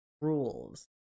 rules